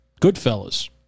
Goodfellas